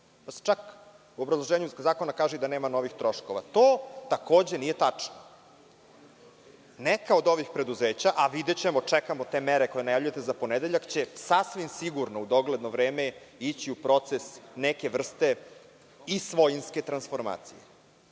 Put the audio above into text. Čak se u obrazloženju zakona kaže da nema novih troškova. To takođe nije tačno. Neka od ovih preduzeća, a videćemo, čekamo te mere koje najavljujete za ponedeljak, će sasvim sigurno u dogledno vreme ići u proces neke vrste i svojinske transformacije.Za